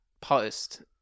post